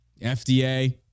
FDA